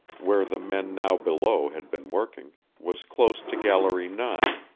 where the men now below had been working, was close to gallery nine,